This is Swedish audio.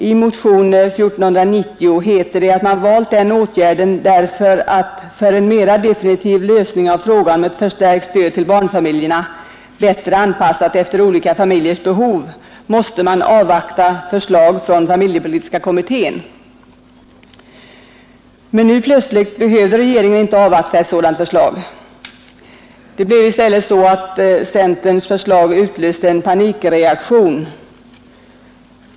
I centermotionen 1490, s. 12, står det i det sammanhanget: ”För en mera definitiv lösning av frågan om ett förstärkt stöd till barnfamiljerna, bättre anpassat efter olika familjers behov, måste man såsom framhållits avvakta förslag från familjepolitiska kommittén.” Men nu plötsligt behövde regeringen inte avvakta ett sådant förslag. Centerns förslag utlöste i stället en panikreaktion.